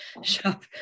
shop